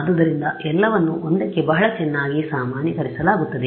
ಆದ್ದರಿಂದ ಎಲ್ಲವನ್ನೂ 1 ಕ್ಕೆ ಬಹಳ ಚೆನ್ನಾಗಿ ಸಾಮಾನ್ಯೀಕರಿಸಲಾಗುತ್ತದೆ